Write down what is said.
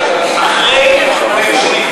קראתי את החוק.